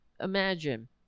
imagine